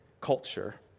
culture